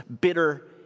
bitter